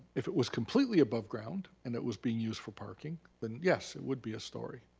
if it was completely above ground, and it was being used for parking, then yes, it would be a story.